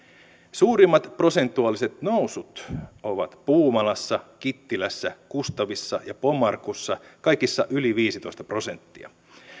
suurimmat prosentuaaliset nousut ovat puumalassa kittilässä kustavissa ja pomarkussa kaikissa yli viisitoista prosenttia